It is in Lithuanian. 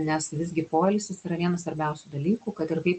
nes visgi poilsis yra vienas svarbiausių dalykų kad ir kaip